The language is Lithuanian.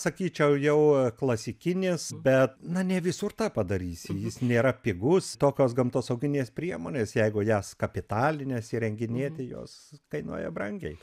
sakyčiau jau klasikinis bet na ne visur tą padarysi jis nėra pigus tokios gamtosauginės priemonės jeigu jas kapitalines įrenginėti jos kainuoja brangiai